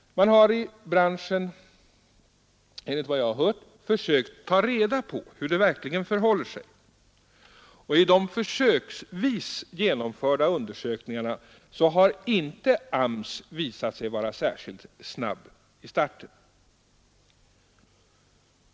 Man har i branschen, enligt vad jag har hört, försökt ta reda på hur det verkligen förhåller sig, och i de försöksvis gjorda undersökningarna har inte AMS visat sig vara särskilt snabb i starten.